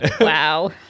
Wow